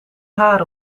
haar